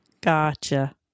Gotcha